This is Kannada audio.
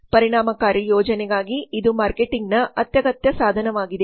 ಪರಿಣಾಮಕಾರಿ ಯೋಜನೆಗಾಗಿ ಇದು ಮಾರ್ಕೆಟಿಂಗ್ನ ಅತ್ಯಗತ್ಯ ಸಾಧನವಾಗಿದೆ